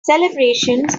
celebrations